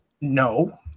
No